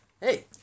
Hey